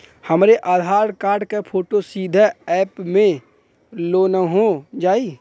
हमरे आधार कार्ड क फोटो सीधे यैप में लोनहो जाई?